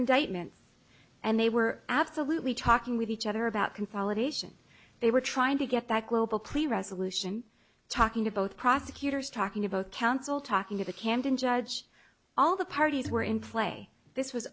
indictment and they were absolutely talking with each other about consolidation they were trying to get that global plea resolution talking to both prosecutors talking about counsel talking to the camden judge all the parties were in play this was